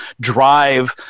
drive